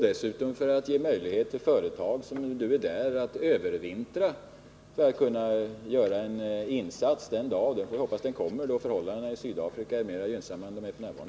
Dessutom ville man ge möjligheter för företag som nu är där nere att övervintra för att de skall kunna göra en insats den dag-— vi får hoppas att den kommer — då förhållandena i Sydafrika är mer gynnsamma än En